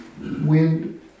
Wind